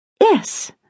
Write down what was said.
Yes